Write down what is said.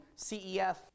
CEF